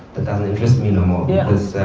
interest me no more. yeah